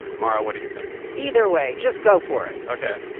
mara, what do you think? either way. just go for it ok.